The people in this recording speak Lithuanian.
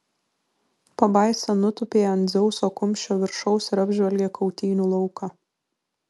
pabaisa nutūpė ant dzeuso kumščio viršaus ir apžvelgė kautynių lauką